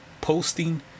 posting